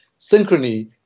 Synchrony